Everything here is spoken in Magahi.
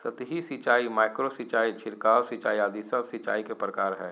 सतही सिंचाई, माइक्रो सिंचाई, छिड़काव सिंचाई आदि सब सिंचाई के प्रकार हय